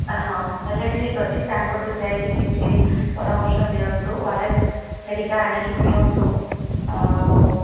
ହଁ ହେଲେ ଠିକ୍ ଅଛି ତାଙ୍କଠୁ ଯାଇକି କିଛି ପରାମର୍ଶ ନିଅନ୍ତୁ ଓ ଆର ଏସ୍ ଧରିକା ଆଣିକି ପିଅନ୍ତୁ ଆଉ